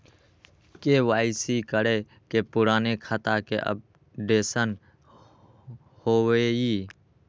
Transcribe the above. KYC करें से पुराने खाता के अपडेशन होवेई?